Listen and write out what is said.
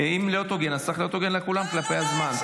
אם להיות הוגן, צריך להיות הוגן לכולם כלפי הזמן.